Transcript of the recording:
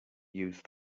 use